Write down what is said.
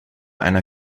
einer